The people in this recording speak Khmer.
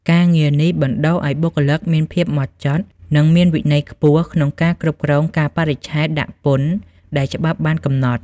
ការងារនេះបណ្តុះឱ្យបុគ្គលិកមានភាពហ្មត់ចត់ និងមានវិន័យខ្ពស់ក្នុងការគ្រប់គ្រងកាលបរិច្ឆេទដាក់ពន្ធដែលច្បាប់បានកំណត់។